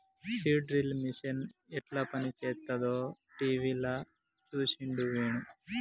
seed drill machine యెట్ల పనిచేస్తదో టీవీల చూసిండు వేణు